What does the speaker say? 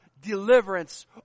deliverance